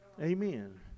Amen